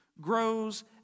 grows